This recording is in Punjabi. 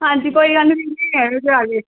ਹਾਂਜੀ ਕੋਈ ਗੱਲ ਨਹੀਂ ਲੈ ਲਉ ਜਾ ਕੇ